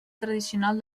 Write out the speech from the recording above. tradicional